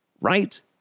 Right